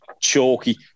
chalky